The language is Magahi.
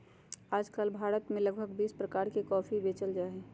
आजकल बाजार में लगभग बीस प्रकार के कॉफी बेचल जाहई